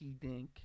dink